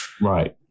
Right